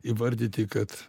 įvardyti kad